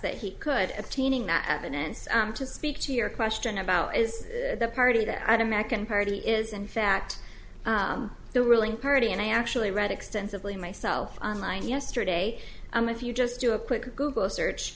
that he could obtaining that evidence to speak to your question about is the party that american party is in fact the ruling party and i actually read extensively myself on line yesterday i'm if you just do a quick google search